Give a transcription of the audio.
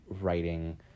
writing